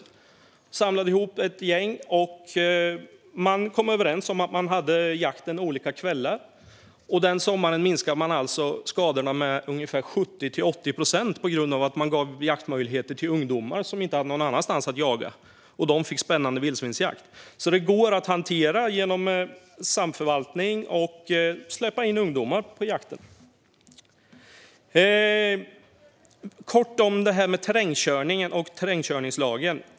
Man samlade ihop ett gäng och kom överens om att ha jakten olika kvällar. Den sommaren minskade skadorna med ungefär 70-80 procent, på grund av att markägaren gav jaktmöjligheter till ungdomar som inte hade någon annanstans att jaga och som fick delta i spännande vildsvinsjakt. Det går alltså att hantera detta genom samförvaltning och genom att släppa in ungdomar i jakten. Jag ska säga något kort om terrängkörningen och terrängkörningslagen.